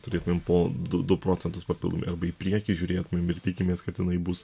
turėtumėm po du du procentus papildomai arba į priekį žiūrėt ir tikimės kad jinai bus